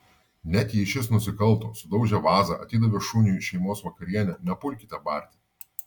net jei šis nusikalto sudaužė vazą atidavė šuniui šeimos vakarienę nepulkite barti